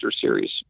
series